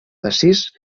assís